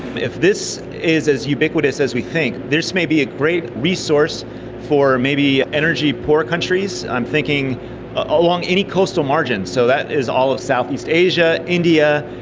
if this is as ubiquitous as we think, this may be a great resource for maybe energy-poor countries. i am thinking along any coastal margins, so that is all of southeast asia, india,